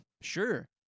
Sure